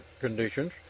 conditions